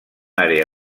àrea